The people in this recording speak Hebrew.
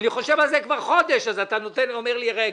אני חושב על זה כבר חודש, אז אתה אומר לי רגע.